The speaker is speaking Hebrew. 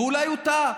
ואולי הוא טעה,